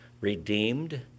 redeemed